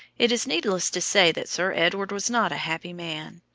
it is needless to say that sir edward was not a happy man.